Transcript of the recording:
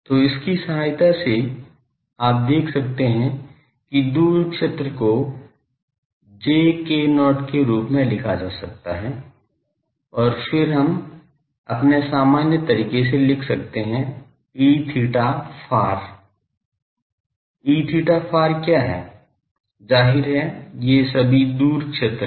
तो इसकी सहायता से आप देख सकते हैं कि दूर क्षेत्र को j k0 के रूप में लिखा जा सकता है और फिर हम अपने सामान्य तरीके से लिख सकते हैं Eθ far क्या है जाहिर है ये सभी दूर क्षेत्र हैं